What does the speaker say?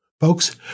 folks